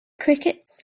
crickets